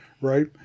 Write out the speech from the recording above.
right